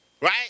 right